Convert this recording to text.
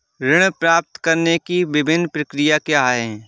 ऋण प्राप्त करने की विभिन्न प्रक्रिया क्या हैं?